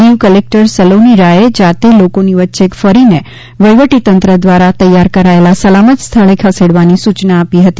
Diu collector Saloni રાયે જાતે લોકોની વચ્ચે ફરીને વહીવટીતંત્ર દ્વારા તૈયાર કરાયેલા સલામત સ્થળે ખસેડવાની સૂચના આપી હતી